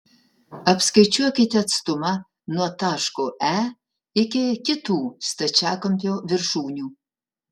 apskaičiuokite atstumą nuo taško e iki kitų stačiakampio viršūnių